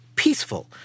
peaceful